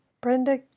Brenda